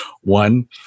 one